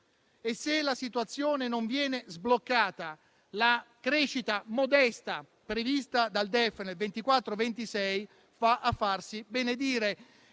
e, se la situazione non viene sbloccata, la crescita modesta prevista dal DEF nel 2024-2026 va a farsi benedire.